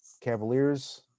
cavaliers